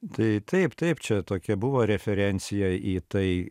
tai taip taip čia tokia buvo referencija į tai